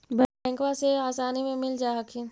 बैंकबा से आसानी मे मिल जा हखिन?